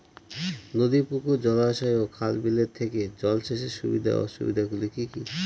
নদী পুকুর জলাশয় ও খাল বিলের থেকে জল সেচের সুবিধা ও অসুবিধা গুলি কি কি?